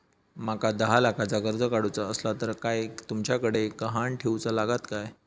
माका दहा लाखाचा कर्ज काढूचा असला तर काय तुमच्याकडे ग्हाण ठेवूचा लागात काय?